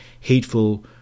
hateful